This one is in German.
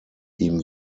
ihm